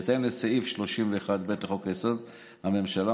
בהתאם לסעיף 31(ב) לחוק-יסוד: הממשלה,